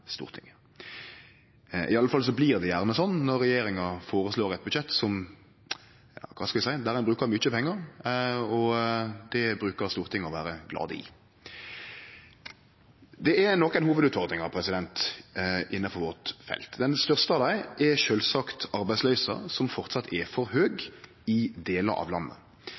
Stortinget. I alle fall blir det gjerne slik når regjeringa føreslår eit budsjett der ein – kva skal eg seie – brukar mykje pengar, og det brukar Stortinget å vere glad i. Det er nokre hovudutfordringar innanfor vårt felt. Den største av dei er sjølvsagt arbeidsløysa, som framleis er for høg i delar av landet.